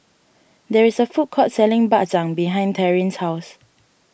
there is a food court selling Bak Chang behind Taryn's house